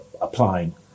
applying